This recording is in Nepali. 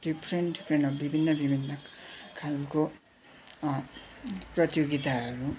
डिफ्रेन्ट डिफ्रेन्ट अब विभिन्न विभिन्न खालको प्रतियोगिताहरू